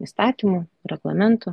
įstatymų reglamentų